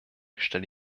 stelle